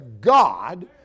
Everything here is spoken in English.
God